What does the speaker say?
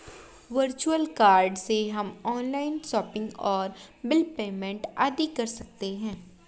virtual card से हम online shopping और बिल पेमेंट आदि कर सकते है